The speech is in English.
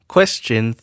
Question